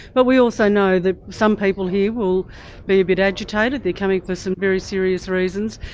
but we also know that some people here will be a bit agitated, they're coming for some very serious reasons,